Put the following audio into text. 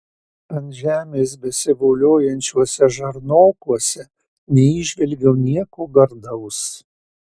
ant žemės besivoliojančiuose žarnokuose neįžvelgiau nieko gardaus